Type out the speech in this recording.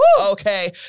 Okay